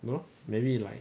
you know maybe like